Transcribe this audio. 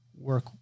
work